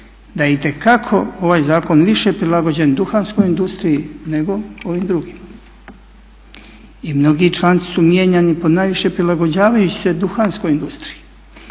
itekako ovaj zakon više prilagođen duhanskoj industriji nego ovim drugim. I mnogi članci su mijenjani ponajviše prilagođavajući se duhanskoj industriji.